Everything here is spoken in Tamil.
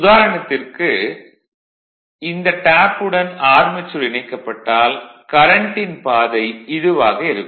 உதாரணத்திற்கு இந்த டேப் உடன் ஆர்மெச்சூர் இணைக்கப்பட்டால் கரண்ட்டின் பாதை இதுவாக இருக்கும்